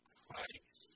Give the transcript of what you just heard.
Christ